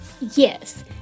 Yes